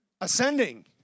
Ascending